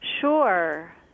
Sure